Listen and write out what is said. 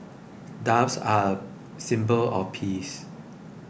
doves are a symbol of peace